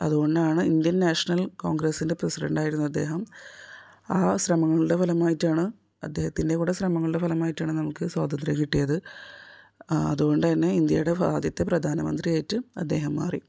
അതുകൊണ്ടാണ് Indian national കോൺഗ്രസിൻ്റെ പ്രസിഡൻറ്റായിരുന്ന അദ്ദേഹം ആ ശ്രമങ്ങളുടെ ഫലമായിട്ടാണ് അദ്ദേഹത്തിൻ്റെയും കൂടെ ശ്രമങ്ങളുടെ ഫലമായിട്ടാണ് നമുക്ക് സ്വാതന്ത്ര്യം കിട്ടിയത് അതുകൊണ്ട് തന്നെ ഇന്ത്യയുടെ ആദ്യത്തെ പ്രധാനമന്ത്രിയായിട്ട് അദ്ദേഹം മാറി